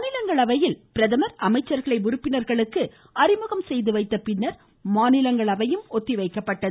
மாநிலங்களவையில் பிரதமர் அமைச்சர்களை உறுப்பினர்களுக்கு அறிமுகம் செய்து வைத்த பின்னர் அவை ஒத்திவைக்கப்பட்டது